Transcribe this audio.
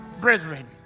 brethren